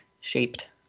shaped